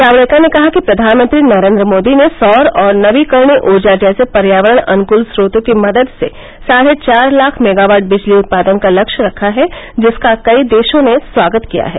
जावड़ेकर ने कहा कि प्रधानमंत्री नरेन्द्र मोदी ने सौर और नवीकरणीय ऊर्जा जैसे पर्यावरण अनुकूल स्रोतो की मदद से साढ़े चार लाख मेगावाट बिजली उत्पादन का लक्ष्य रखा है जिसका कई देशों ने स्वागत किया है